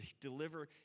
deliver